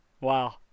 wow